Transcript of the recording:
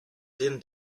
din